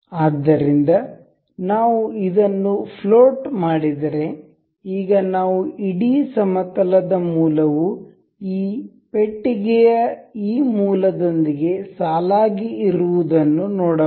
ಆದ್ದರಿಂದ ನಾವು ಇದನ್ನು ಫ್ಲೋಟ್ ಮಾಡಿದರೆ ಈಗ ನಾವು ಇಡೀ ಸಮತಲದ ಮೂಲವು ಈ ಪೆಟ್ಟಿಗೆಯ ಈ ಮೂಲ ದೊಂದಿಗೆ ಸಾಲಾಗಿ ಇರುವದನ್ನು ನೋಡಬಹುದು